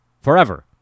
Forever